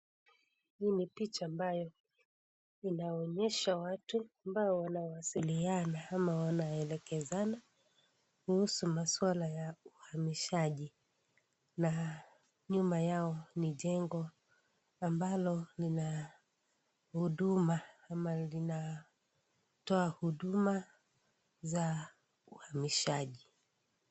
Hii ni picha ambayo inaonyesha watu ambao wanawasiliana ama wanaelekezana kuhusu masuala ya uhamishaji na nyuma yao ni jengo ambalo lina huduma ama linatoa huduma za uhamishaji.